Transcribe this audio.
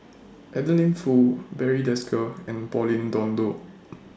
Adeline Foo Barry Desker and Pauline Dawn Loh